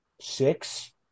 six